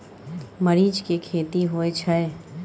मरीच के खेती होय छय?